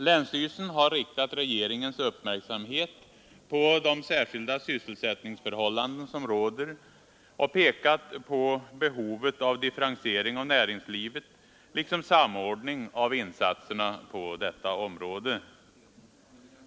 Länsstyrelsen har riktat regeringens uppmärksamhet på de särskilda sysselsättningsförhållanden som råder i Östergötland och pekat på behovet av differentiering av näringslivet, liksom samordning av insatserna på detta område.